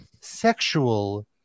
sexual